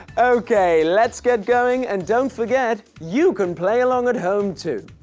ok. let's get going and don't forget you can play along at home too.